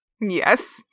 Yes